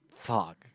fuck